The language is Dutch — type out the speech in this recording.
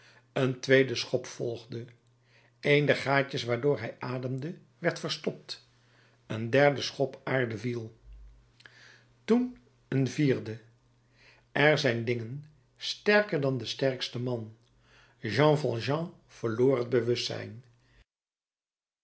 een tweede schop volgde een der gaatjes waardoor hij ademde werd verstopt een derde schop aarde viel toen een vierde er zijn dingen sterker dan de sterkste man jean valjean verloor het bewustzijn